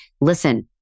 Listen